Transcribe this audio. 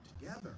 together